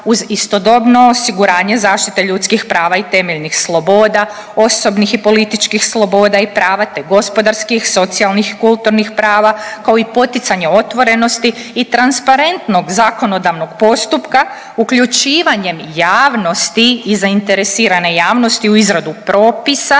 uz istodobno osiguranje zaštite ljudskih prava i temeljnih sloboda, osobnih i političkih sloboda i prava te gospodarskih, socijalnih i kulturnih prava, kao i poticanje otvorenosti i transparentnog zakonodavnog postupka uključivanjem javnosti i zainteresirane javnosti u izradu propisa